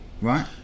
right